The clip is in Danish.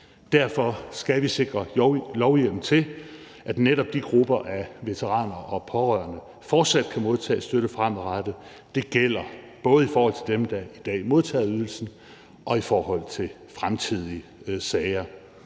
derfor skal vi sikre lovhjemmel til, at netop de grupper af veteraner og pårørende fortsat kan modtage støtte fremadrettet, og det gælder både i forhold til dem, der i dag modtager ydelsen, og i forhold til fremtidige sager.